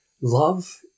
Love